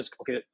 okay